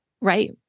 Right